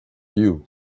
you